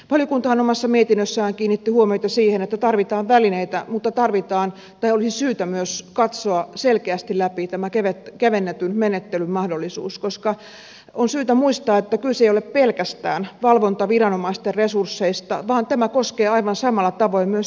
valiokuntahan omassa mietinnössään kiinnitti huomiota siihen että tarvitaan välineitä mutta olisi syytä myös katsoa selkeästi läpi kevennetyn menettelyn mahdollisuus koska on syytä muistaa että kyse ei ole pelkästään valvontaviranomaisten resursseista vaan tämä koskee aivan samalla tavoin myös syyttäjälaitosta ja tuomioistuinlaitosta